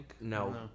No